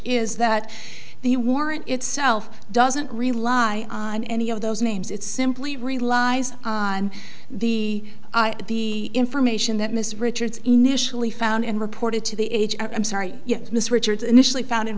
is that the warrant itself doesn't rely on any of those names it simply relies on the the information that miss richards initially found and reported to the age i'm sorry yes miss richards initially found and